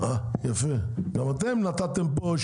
גם אתם נתתם פה,